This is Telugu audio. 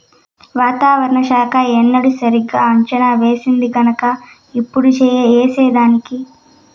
వాతావరణ శాఖ ఏనాడు సరిగా అంచనా వేసినాడుగన్క ఇప్పుడు ఏసేదానికి